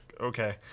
okay